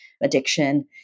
addiction